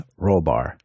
Rollbar